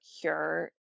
cure